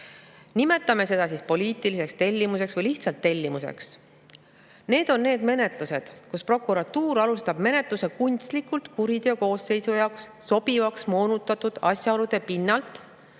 nimetame seda siis poliitiliseks tellimuseks või lihtsalt tellimuseks. Need on need menetlused, mida prokuratuur alustab kunstlikult kuriteokoosseisu jaoks sobivaks moonutatud asjaolude pinnalt